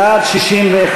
בעד, 61,